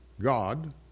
God